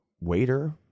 waiter